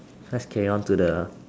fresh crayon to the